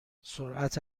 سرعت